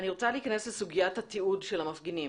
אני רוצה להיכנס לסוגיית התיעוד של המפגינים.